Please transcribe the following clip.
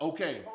Okay